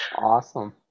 Awesome